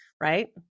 right